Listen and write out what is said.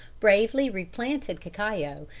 bravely replanted cacao,